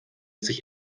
sich